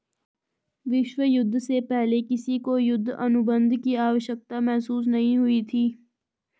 विश्व युद्ध से पहले किसी को युद्ध अनुबंध की आवश्यकता महसूस नहीं हुई थी